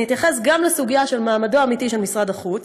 אני אתייחס לסוגיה של מעמדו האמיתי של משרד החוץ